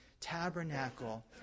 tabernacle